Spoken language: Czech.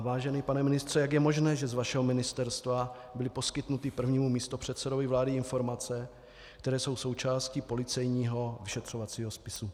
Vážený pane ministře, jak je možné, že z vašeho ministerstva byly poskytnuty prvnímu místopředsedovi vlády informace, které jsou součástí policejního vyšetřovacího spisu?